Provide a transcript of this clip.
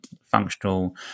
functional